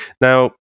Now